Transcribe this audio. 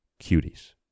cuties